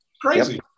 Crazy